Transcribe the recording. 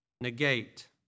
negate